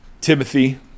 Timothy